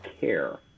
care